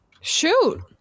Shoot